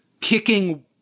kicking